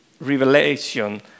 revelation